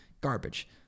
garbage